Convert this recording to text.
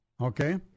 okay